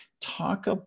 Talk